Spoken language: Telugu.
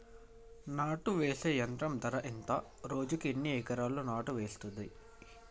నాటు వేసే యంత్రం ధర ఎంత రోజుకి ఎన్ని ఎకరాలు నాటు వేస్తుంది?